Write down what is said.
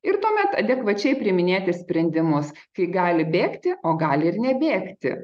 ir tuomet adekvačiai priiminėti ir sprendimus kai gali bėgti o gali ir nebėgti